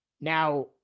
now